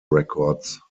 records